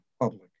public